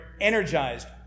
energized